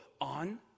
on